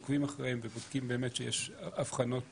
עוקבים אחריהם ובודקים באמת שיש הבחנות